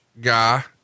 guy